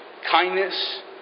Kindness